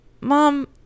mom